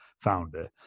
founder